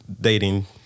dating